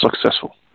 successful